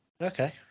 okay